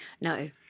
No